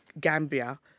Gambia